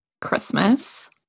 Christmas